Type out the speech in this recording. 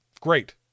Great